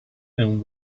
and